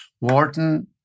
Wharton